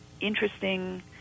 interesting